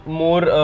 more